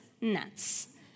nuts